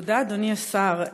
תודה, אדוני השר.